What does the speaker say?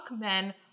men